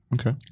Okay